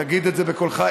תגיד את זה בקולך,